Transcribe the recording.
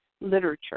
literature